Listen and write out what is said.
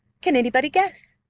can any body guess?